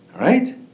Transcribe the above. Right